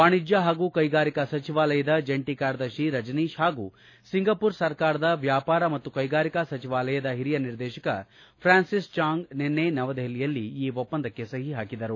ವಾಣಿಜ್ಯ ಹಾಗೂ ಕೈಗಾರಿಕಾ ಸಚಿವಾಲಯದ ಜಂಟಿ ಕಾರ್ಯದರ್ಶಿ ರಜನೀತ್ ಹಾಗೂ ಸಿಂಗಪುರ ಸರ್ಕಾರದ ವ್ಯಾಪಾರ ಮತ್ತು ಕೈಗಾರಿಕಾ ಸಚಿವಾಲಯದ ಹಿರಿಯ ನಿರ್ದೇಶಕ ಪ್ರಾನ್ಸಿಸ್ಚಾಂಗ್ ನಿನ್ನೆ ನವದೆಹಲಿಯಲ್ಲಿ ಈ ಒಪ್ಪಂದಕ್ಕೆ ಸಹಿ ಹಾಕಿದರು